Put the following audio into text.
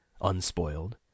unspoiled